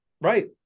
Right